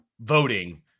voting